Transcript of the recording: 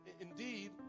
indeed